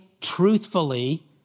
truthfully